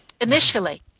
Initially